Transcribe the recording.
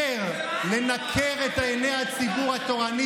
לנקר את עיני הציבור התורני,